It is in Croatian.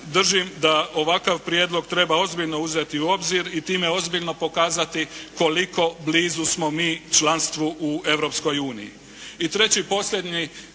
držim da ovakav prijedlog treba ozbiljno uzeti u obzir i time ozbiljno pokazati koliko blizu smo mi članstvu u